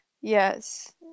Yes